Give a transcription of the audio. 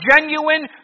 genuine